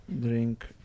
drink